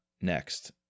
next